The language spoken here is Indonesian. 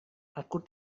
aku